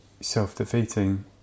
self-defeating